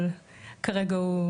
אבל כרגע הוא,